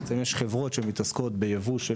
יש חברות שמתעסקות בייבוא של